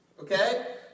Okay